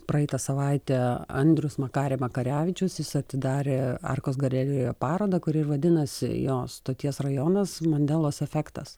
praeitą savaitę andrius makare makarevičius jis atidarė arkos galerijoje parodą kuri vadinasi jo stoties rajonas mandelos efektas